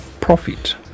profit